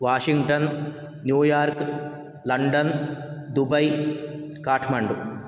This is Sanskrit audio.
Washington New York London Dubai Kathmandu